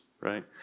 Right